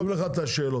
כתוב לך את השאלות,